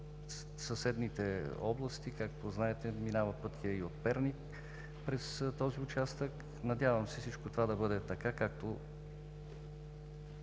съседните области. Както знаете, пътят и от Перник минава през този участък. Надявам се всичко това да бъде така, както